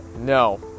No